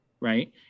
right